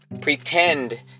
pretend